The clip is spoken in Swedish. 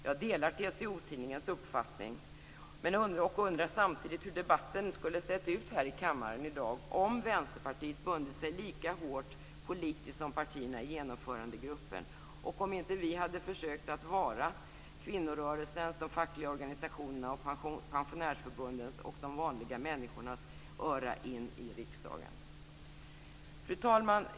Jag delar TCO-tidningens uppfattning och undrar samtidigt hur debatten skulle sett ut här i kammaren i dag om Vänsterpartiet bundit sig lika hårt politiskt som partierna i Genomförandegruppen och inte hade försökt att vara kvinnorörelsens, de fackliga organisationernas, pensionärsförbundens och de vanliga människornas öra in i riksdagen. Fru talman!